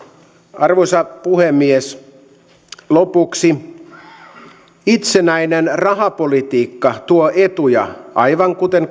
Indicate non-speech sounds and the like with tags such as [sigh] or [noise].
arvoisa puhemies lopuksi itsenäinen rahapolitiikka tuo etuja aivan kuten [unintelligible]